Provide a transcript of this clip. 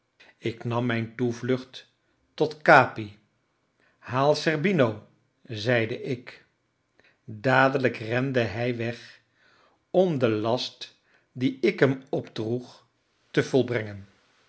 ik nam mijne toevlucht tot capi haal zerbino zeide ik dadelijk rende hij weg om den last die ik hem opdroeg te volbrengen